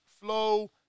Flow